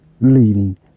leading